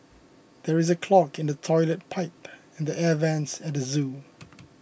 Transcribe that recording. there is a clog in the Toilet Pipe and the Air Vents at the zoo